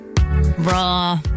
raw